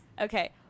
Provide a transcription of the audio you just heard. Okay